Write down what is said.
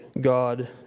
God